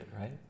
right